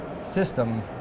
system